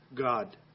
God